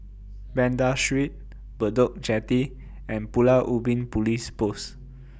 Banda Street Bedok Jetty and Pulau Ubin Police Post